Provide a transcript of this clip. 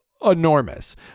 enormous